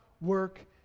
work